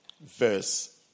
verse